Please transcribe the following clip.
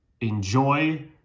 enjoy